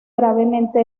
gravemente